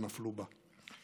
ונפלו בה.